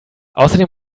außerdem